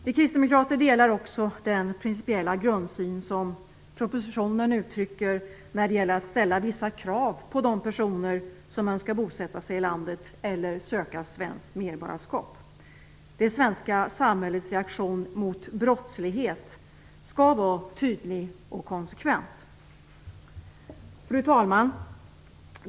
Vi kristdemokrater delar också den pricipiella grundsyn som uttrycks i propositionen när det gäller att ställa vissa krav på de personer som önskar bosätta sig i landet eller söka svenskt medborgarskap. Det svenska samhällets reaktion mot brottslighet skall vara tydlig och konsekvent. Fru talman!